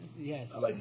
Yes